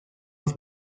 los